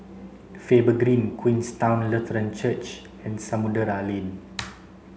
Faber Green Queenstown Lutheran Church and Samudera Lane